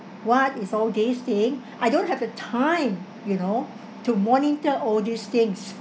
what is all these thing I don't have the time you know to monitor all these things